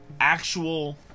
Actual